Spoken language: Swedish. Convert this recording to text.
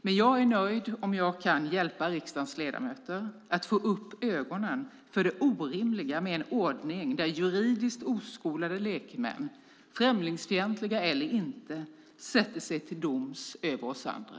Men jag är nöjd om jag kan hjälpa riksdagens ledamöter att få upp ögonen för det orimliga med en ordning där juridiskt oskolade lekmän, främlingsfientliga eller inte, sätter sig till doms över oss andra.